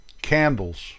candles